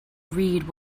read